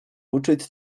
uczyć